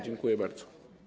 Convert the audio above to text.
Dziękuję bardzo.